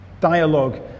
dialogue